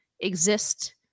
exist